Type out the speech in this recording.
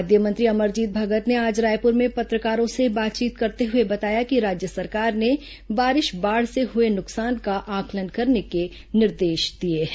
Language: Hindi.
खाद्य मंत्री अमरजीत भगत ने आज रायपुर में पत्रकारों से बातचीत करते हुए बताया कि राज्य सरकार ने बारिश बाढ़ से हुए नुकसान का आंकलन करने के निर्देश दिए हैं